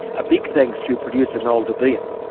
a big thanks to producer noel debien.